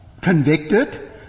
convicted